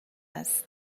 است